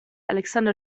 alexander